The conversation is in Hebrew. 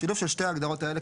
השילוב של שתי ההגדרות האלה,